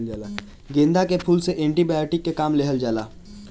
गेंदा के फूल से एंटी बायोटिक के काम लिहल जाला